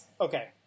Okay